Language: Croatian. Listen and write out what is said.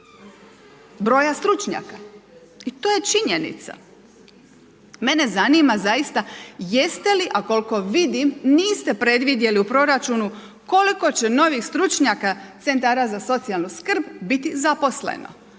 broj stručnjaka i to je činjenica. Mene zanima zaista činjenica jeste li, a koliko vidim, niste predvidjeli u proračunu koliko će novih stručnjaka centara za socijalnu skrb biti zaposleno.